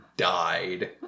died